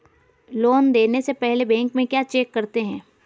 Loan देने से पहले बैंक में क्या चेक करते हैं?